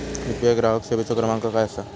UPI ग्राहक सेवेचो क्रमांक काय असा?